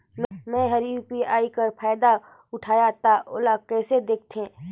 मैं ह यू.पी.आई कर फायदा उठाहा ता ओला कइसे दखथे?